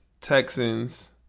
Texans